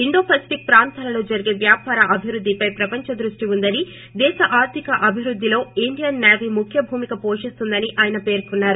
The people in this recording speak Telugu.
ఇండో పసఫిక్ ప్రాంతంలో జరిగే వ్యాపార అభివృద్దిపై ప్రపంచ దృష్టి ఉందని దేశ ౌర్దిక అభివృద్దిలో ఇండియన్ సేవీ ముఖ్య భూమిక పోషిస్తుందని ఆయన పేర్కొన్నారు